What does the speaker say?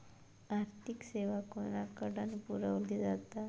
आर्थिक सेवा कोणाकडन पुरविली जाता?